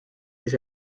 ise